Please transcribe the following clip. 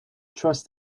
trust